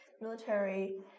military